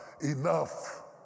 enough